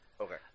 Okay